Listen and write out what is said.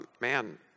Man